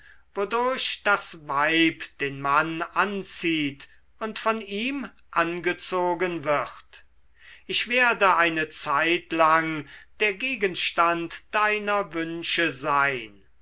wodurch das weib den mann anzieht und von ihm angezogen wird ich werde eine zeitlang der gegenstand deiner wünsche sein